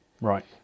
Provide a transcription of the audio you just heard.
Right